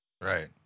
Right